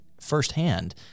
firsthand